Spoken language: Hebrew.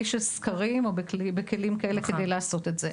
של סקרים או בכלים כאלה כדי לעשות את זה.